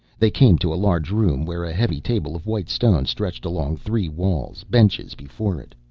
they came to a large room where a heavy table of white stone stretched along three walls, benches before it.